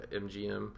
MGM